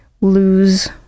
lose